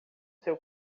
seu